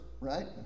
right